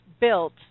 built